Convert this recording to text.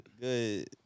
Good